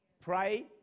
Pray